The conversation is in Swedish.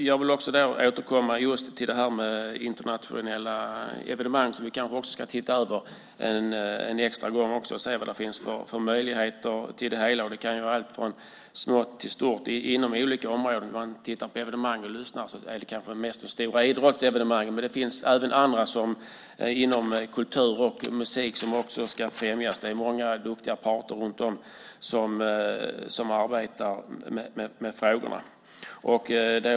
Jag vill återkomma till de internationella evenemangen som vi kanske också ska se över en extra gång för att se vilka möjligheter som finns. Det kan vara allt från smått till stort inom olika områden. Det kanske mest handlar om de stora idrottsevenemangen, men det finns även andra inom kultur och musik som ska främjas. Det finns många duktiga parter som arbetar med frågorna.